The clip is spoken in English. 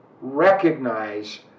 recognize